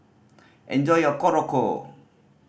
enjoy your Korokke